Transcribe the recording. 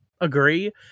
agree